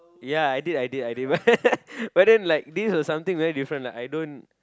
ya I did I did I did but but then like this was something very different like I don't